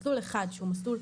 מסלול אחד שהוא מסלול,